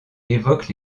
évoque